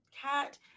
cat